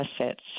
assets